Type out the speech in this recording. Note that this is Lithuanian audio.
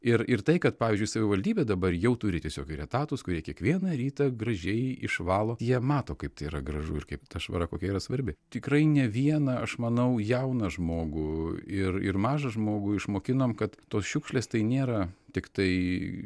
ir ir tai kad pavyzdžiui savivaldybė dabar jau turi tiesiog ir etatus kurie kiekvieną rytą gražiai išvalo jie mato kaip tai yra gražu ir kaip ta švara kokia yra svarbi tikrai ne vieną aš manau jauną žmogų ir ir mažą žmogų išmokinom kad tos šiukšlės tai nėra tiktai